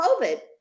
COVID